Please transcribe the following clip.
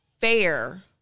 fair